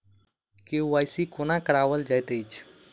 KYC कोना कराओल जाइत अछि?